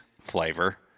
flavor